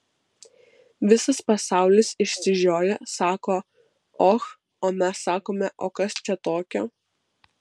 visas pasaulis išsižioja sako och o mes sakome o kas čia tokio